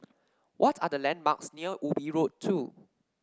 what are the landmarks near Ubi Road Two